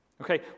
Okay